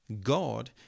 God